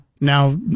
now